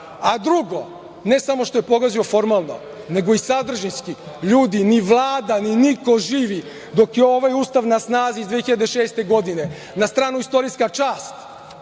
ne samo što je pogazio formalno, nego i sadržinski. Ljudi, ni Vlada, ni niko živi dok je ovaj Ustav na snazi iz 2006. godine, na stranu istorijska čast